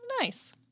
Nice